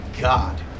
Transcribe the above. god